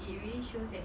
it really shows that